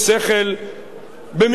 במהירות האפשרית,